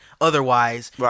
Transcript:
Otherwise